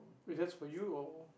wait just for you or